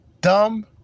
dumb